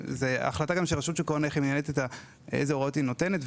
רשות שוק ההון מחליטה אילו הוראות היא נותנת,